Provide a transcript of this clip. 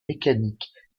mécaniques